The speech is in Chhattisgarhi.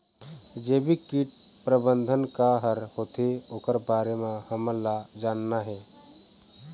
जैविक कीट प्रबंधन का हर होथे ओकर बारे मे हमन ला जानना हे?